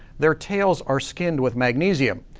their tails are skinned with magnesium.